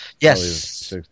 Yes